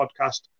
podcast